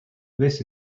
this